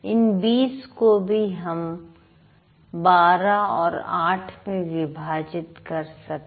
इन २० को भी हम १२ और ८ में विभाजित कर सकते हैं